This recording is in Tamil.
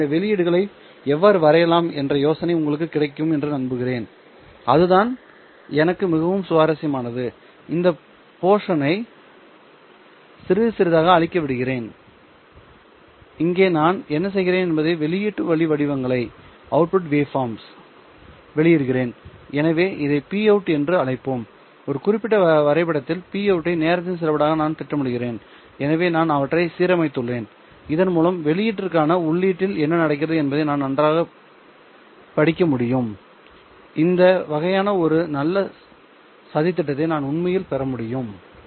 ஆனால் இந்த வெளியீடுகளை எவ்வாறு வரையலாம் என்ற யோசனை உங்களுக்கு கிடைக்கும் என்று நம்புகிறேன் அதுதான் எனக்கு மிகவும் சுவாரஸ்யமானது இந்த போஷனை சிறிது சிறிதாக அழிக்க விடுகிறேன் இங்கே நான் என்ன செய்கிறேன் என்பது வெளியீட்டு வழி வடிவங்களை வெளியிடுகிறேன் எனவே இதை Pout என்று அழைப்போம் இந்த குறிப்பிட்ட வரைபடத்தில் Pout ஐ நேரத்தின் செயல்பாடாக நான் திட்டமிடுகிறேன் எனவே நான் அவற்றை சீரமைத்துள்ளேன் இதன் மூலம் வெளியீட்டிற்கான உள்ளீட்டில் என்ன நடக்கிறது என்பதை நான் நன்றாகப் பிடிக்க முடியும் இந்த வகையான ஒரு நல்ல சதித்திட்டத்தை நான் உண்மையில் பெற முடியும்